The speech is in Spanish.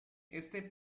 este